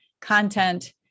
content